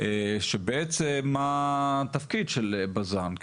שבעצם מה התפקיד של בז"ן?